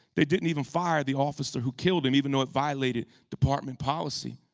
they didn't even fire the officer who killed him, even though it violated department policy.